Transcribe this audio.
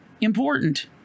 important